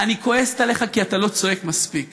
אני כועסת עליך כי אתה לא צועק מספיק.